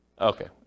Okay